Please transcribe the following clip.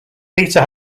peter